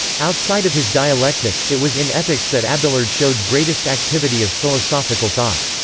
outside of his dialectic, it was in ethics that abelard showed greatest activity of philosophical thought.